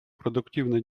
продуктивно